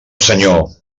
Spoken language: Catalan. senyor